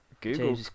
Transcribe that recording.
Google